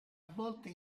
volte